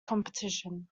competition